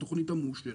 התוכנית המאושרת.